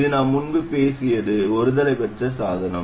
இது நாம் முன்பு பேசியது இது ஒருதலைப்பட்ச சாதனம்